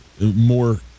more